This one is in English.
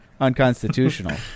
unconstitutional